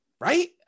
right